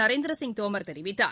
நரேந்திரசிங் தோமர் தெரிவித்தார்